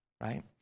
right